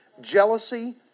Jealousy